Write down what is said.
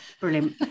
Brilliant